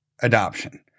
adoption